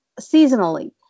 seasonally